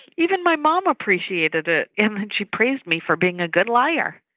even my mom appreciated it. and she praised me for being a good liar